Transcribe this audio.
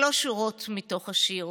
שלוש שורות מתוך השיר: